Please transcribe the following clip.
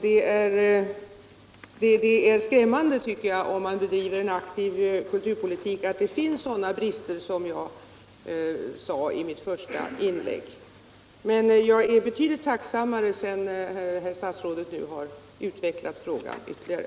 Det är skrämmande — om man bedriver en aktiv kulturpolitik — att det finns sådana brister som jag nämnde i mitt första inlägg. Men jag är betydligt mer tacksam sedan herr statsrådet nu har utvecklat frågan ytterligare.